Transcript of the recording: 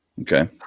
Okay